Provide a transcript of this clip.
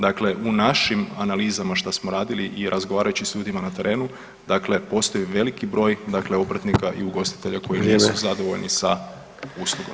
Dakle, u našim analizama šta smo radili i razgovarajući s ljudima na terenu, dakle postoji veliki broj dakle obrtnika i ugostitelja [[Upadica: Vrijeme]] koji nisu zadovoljni sa uslugom.